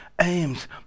aims